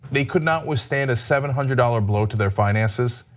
they could not withstand a seven hundred dollars blow to their finances.